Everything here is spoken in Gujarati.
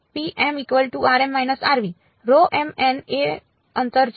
Rho m n એ અંતર છે